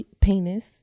penis